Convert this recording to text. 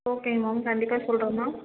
ஓகேங்க மேம் கண்டிப்பாக சொல்கிறோம் மேம்